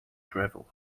drivel